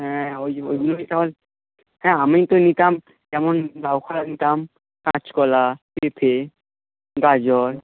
হ্যাঁ ওই যে ওইগুলো হ্যাঁ আমি তো নিতাম যেমন লাউখাড়া নিতাম কাঁচকলা পেঁপে গাজর